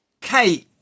Kate